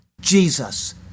Jesus